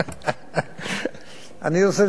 ב-30 שנות שירותי בצבא,